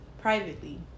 privately